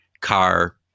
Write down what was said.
car